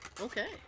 Okay